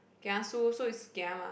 kiasu so is kia mah